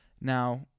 Now